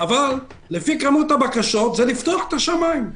אבל לפי כמות הבקשות זה לפתוח את השמיים.